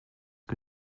que